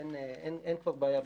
אין פה בעיה.